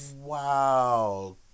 Wow